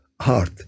heart